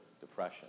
depression